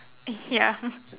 ya